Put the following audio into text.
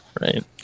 Right